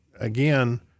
again